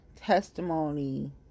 testimony